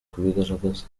kubigaragaza